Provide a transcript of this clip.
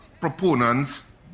proponents